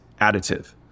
additive